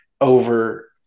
over